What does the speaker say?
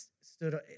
stood